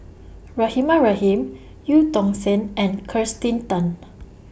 Rahimah Rahim EU Tong Sen and Kirsten Tan